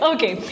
Okay